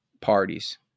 parties